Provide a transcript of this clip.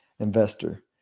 Investor